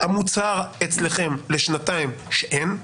המוצהר אצלכם לשנתיים שאין.